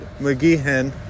McGeehan